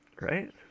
Right